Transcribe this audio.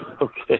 Okay